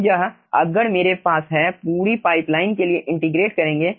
तो यह अगर मेरे पास है पूरी पाइपलाइन के लिए इंटीग्रेट करेंगे